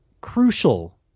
crucial